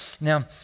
now